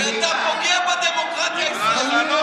כי אתה פוגע בדמוקרטיה הישראלית.